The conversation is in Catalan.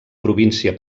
província